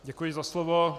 Děkuji za slovo.